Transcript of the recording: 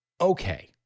Okay